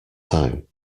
time